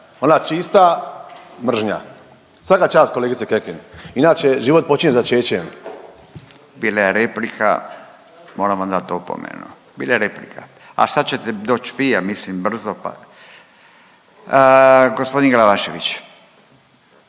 Ona čista mržnja. Svaka čast, kolegice Kekin. Inače, život počinje začećem. **Radin, Furio (Nezavisni)** Bila je replika. Moram vam dat opomenu. Bila je replika, a sad ćete doći vi, ja mislim, brzo pa … G. Glavašević.